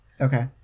Okay